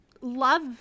love